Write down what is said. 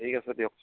ঠিক আছে দিয়ক